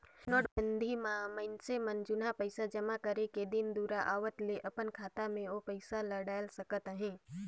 नोटबंदी म मइनसे मन जुनहा पइसा जमा करे के दिन दुरा कर आवत ले अपन खाता में ओ पइसा ल डाएल सकत अहे